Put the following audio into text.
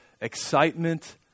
excitement